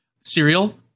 cereal